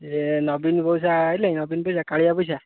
ଇଏ ନବୀନ ପଇସା ଆଇଲା କି ନବୀନ ପଇସା କାଳିଆ ପଇସା